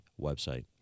website